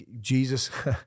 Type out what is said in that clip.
Jesus